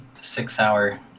six-hour